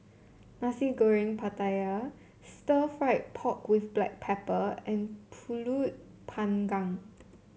Nasi Goreng Pattaya Stir Fried Pork with Black Pepper and pulut Panggang